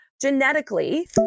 genetically